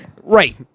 Right